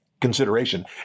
consideration